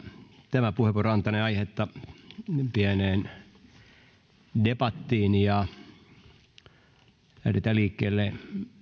tämä puheenvuoro antanee aihetta pieneen debattiin ja lähdetään liikkeelle